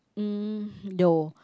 uh no